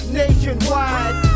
nationwide